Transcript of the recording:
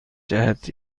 جهت